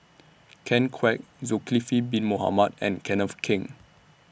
Ken Kwek Zulkifli Bin Mohamed and Kenneth Keng